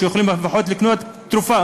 שיוכלו לפחות לקנות תרופה.